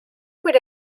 would